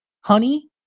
Honey